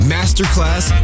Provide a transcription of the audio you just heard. Masterclass